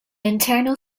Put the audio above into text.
internal